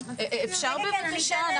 אפשר בבקשה?